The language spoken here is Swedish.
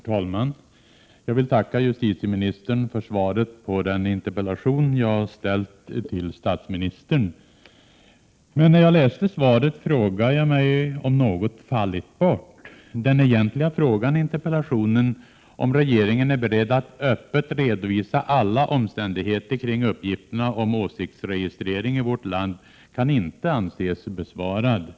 Herr talman! Jag vill tacka justitieministern för svaret på den interpellation jag ställt till statsministern. När jag läste svaret så frågade jag mig om något fallit bort. Den egentliga frågan som ställdes i interpellationen var om regeringen är beredd att öppet redovisa alla omständigheter kring uppgifter na om åsiktsregistrering i vårt land. Den frågan kan inte anses besvarad. — Prot.